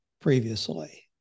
previously